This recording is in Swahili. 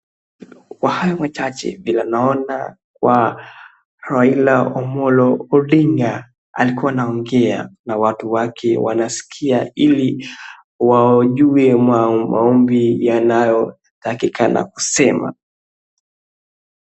Kwa hayo machache, vile naona kwa Raila Omollo Odinga alikuwa anaongea na watu wake wanaskia ili wajue maombi yanayotakikana kusemwa.